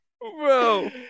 bro